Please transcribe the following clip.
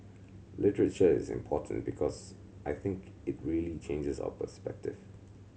literature is important because I think it really changes our perspective